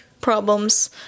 problems